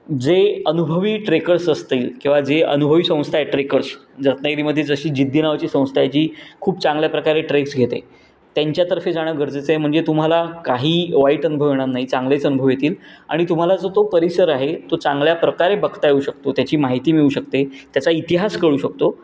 जे अनुभवी ट्रेकर्स असतील किंवा जे अनुभवी संस्था आहे ट्रेकर्स रत्नागिरीमध्ये जशी जिद्दी नावाची संस्था आहे जी खूप चांगल्या प्रकारे ट्रेक्स घेते त्यांच्यातर्फे जाणं गरजेचं आहे म्हणजे तुम्हाला काही वाईट अनुभव येणार नाही चांगलेच अनुभव येतील आणि तुम्हाला जो तो परिसर आहे तो चांगल्या प्रकारे बघता येऊ शकतो त्याची माहिती मिळू शकते त्याचा इतिहास कळू शकतो